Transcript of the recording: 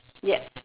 yes